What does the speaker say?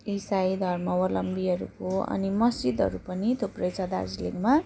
इसाई धर्मावलम्बीहरूको अनि मस्जिदहरू पनि थुप्रै छ दार्जिलिङमा